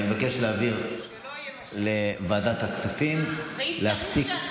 אני מבקש להעביר לוועדת הכספים להפסיק,